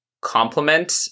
complement